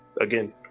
again